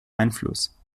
einfluss